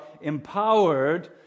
empowered